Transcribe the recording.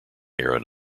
aaron